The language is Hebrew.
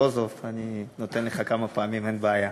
רזבוזוב אני נותן לך כמה פעמים, אין בעיה.